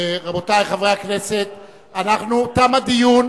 רבותי חברי הכנסת, תם הדיון.